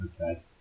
okay